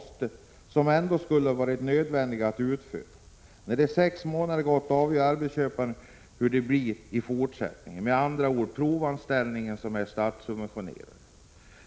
1986/87:94 skulle varit nödvändiga att utföra. När de sex månaderna gått avgör 25 mars 1987 arbetsköparen hur det blir i fortsättningen. Med andra ord gäller det en provanställning som är statssubventionerad.